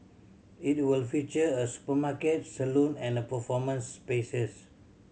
it will feature a supermarket salon and performance spaces